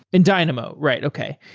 in dynamo. right. okay.